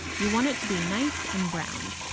you want it to be nice and browned.